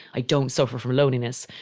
i don't suffer from loneliness.